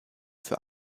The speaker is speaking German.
für